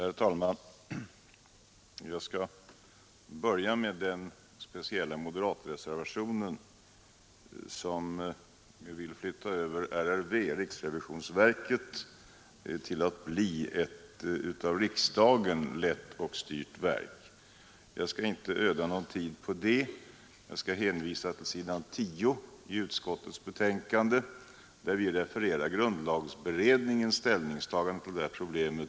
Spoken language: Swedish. Herr talman! Jag skall börja med den speciella moderatreservationen som vill flytta över RRV, riksrevisionsverket, till att bli ett av riksdagen lett och styrt verk. Jag skall emellertid inte ödsla någon tid på det utan hänvisa till s. 10 i utskottets betänkande, där vi refererar grundlagberedningens ställningstagande till detta problem.